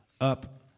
up